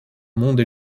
monde